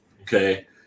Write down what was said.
okay